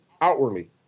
outwardly